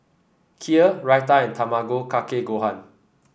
Kheer Raita and Tamago Kake Gohan